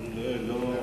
אני לא,